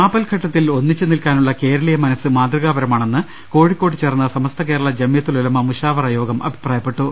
ആപൽഘട്ടത്തിൽ ഒന്നിച്ച് നിൽക്കാനുള്ള കേരളീയ മനസ്സ് മാതൃകാപരമാണെന്ന് കോഴിക്കോട്ട് ചേർന്ന സമസ്ത കേരള ജംഇയ്യത്തുൽ ഉലമ മുശാവറ യോഗം അഭിപ്രായപ്പെട്ടു